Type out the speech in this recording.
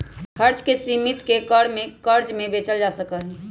खर्च के सीमित कर के कर्ज से बचल जा सका हई